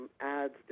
ads